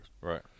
Right